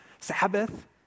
Sabbath